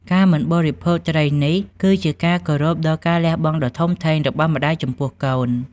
ការមិនបរិភោគត្រីនេះគឺជាការគោរពដល់ការលះបង់ដ៏ធំធេងរបស់ម្តាយចំពោះកូន។